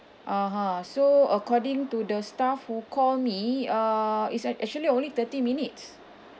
(uh huh) so according to the staff who call me uh it's uh actually only thirty minutes